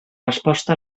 resposta